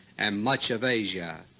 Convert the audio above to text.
and much of asia.